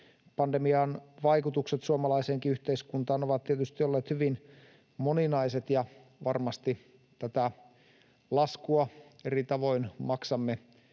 Pandemian vaikutukset suomalaiseenkin yhteiskuntaan ovat tietysti olleet hyvin moninaiset, ja varmasti tätä laskua eri tavoin maksamme